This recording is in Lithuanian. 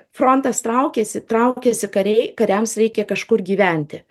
frontas traukiasi traukiasi kariai kariams reikia kažkur gyventi